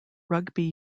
rugby